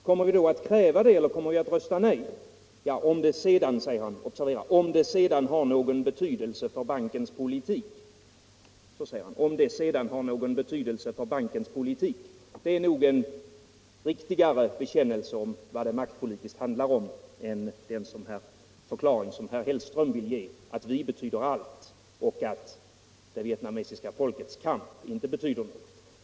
Kommer vi att kräva det eller kommer vi att rösta nej. Om det sedan” — observera det — ”har någon betydelse för bankens politik Det är nog en riktigare bekännelse om vad det maktpolitiskt handlar om än en sådan förklaring som herr Hellström vill ge, att vi betyder allt och att det vietnamesiska folkets kamp inte betyder någonting.